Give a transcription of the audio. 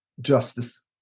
justice